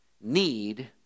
need